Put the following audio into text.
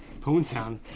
Poontown